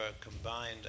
combined